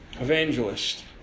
evangelist